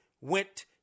went